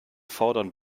fordern